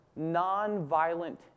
nonviolent